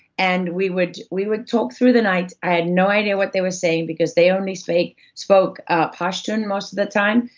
and we would we would talk through the night. i had no idea what they were saying because they only spoke spoke ah pashtun most of the time,